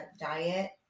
diet